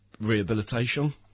rehabilitation